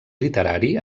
literari